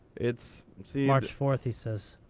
it's march fourth he says.